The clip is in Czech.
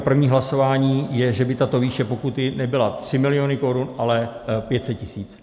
První hlasování je, že by tato výše pokuty nebyla 3 miliony korun, ale 500 tisíc.